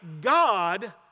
God